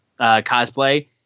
cosplay